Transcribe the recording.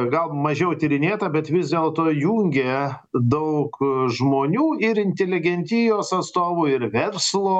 gal mažiau tyrinėta bet vis dėlto jungė daug žmonių ir inteligentijos atstovų ir verslo